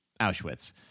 Auschwitz